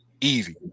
easy